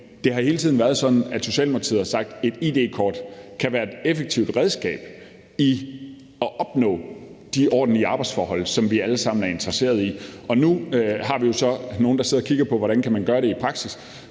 det har hele tiden været sådan, at Socialdemokratiet har sagt: Et id-kort kan være et effektivt redskab til at opnå de ordentlige arbejdsforhold, som vi alle sammen er interesseret i. Og nu har vi jo så nogle, der sidder og kigger på, hvordan man kan gøre det i praksis.